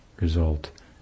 result